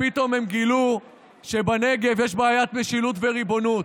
פתאום הם גילו שבנגב יש בעיית משילות וריבונות.